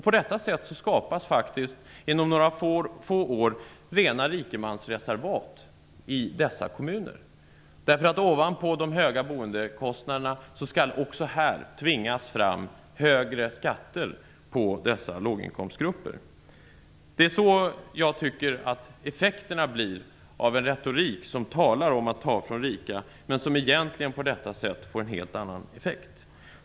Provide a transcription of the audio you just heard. På detta sätt skapas faktiskt inom några få år rena rikemansreservat i dessa kommuner. Ovanpå de höga boendekostnaderna skall ju också här tvingas fram högre skatter för dessa låginkomstgrupper. Det är det som jag tycker blir effekterna av en retorik där det talas om att ta från rika. Men på detta sätt får det egentligen en helt annan effekt.